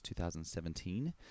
2017